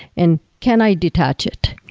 and can i detach it,